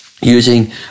using